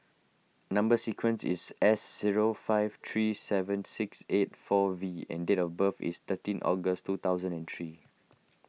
Number Sequence is S zero five three seven six eight four V and date of birth is thirteen August two thousand and three